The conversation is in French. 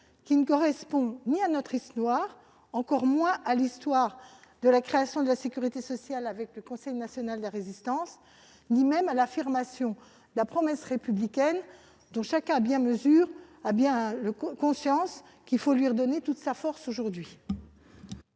qui ne correspond ni à notre histoire, encore moins à celle de la création de la sécurité sociale par le Conseil national de la Résistance, ni même à l'affirmation de la promesse républicaine, dont chacun est conscient aujourd'hui qu'il faut lui redonner toute sa force.